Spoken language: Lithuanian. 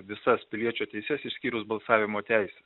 visas piliečio teises išskyrus balsavimo teisę